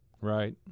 Right